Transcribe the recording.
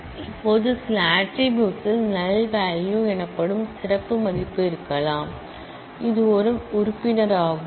இப்போது சில ஆட்ரிபூட்ஸ் ல் நல் எனப்படும் சிறப்பு மதிப்பு இருக்கலாம் அது உறுப்பினராகும்